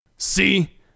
See